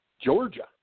Georgia